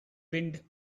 wind